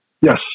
Yes